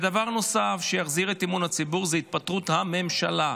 דבר נוסף שיחזיר את אמון הציבור הוא התפטרות הממשלה.